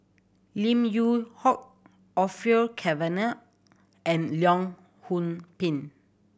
Lim Yew Hock Orfeur Cavenagh and Leong Yoon Pin